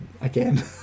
again